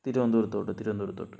തിരുവനന്തപുരത്തോട്ട് തിരുവനന്തപുരത്തോട്ട്